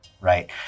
right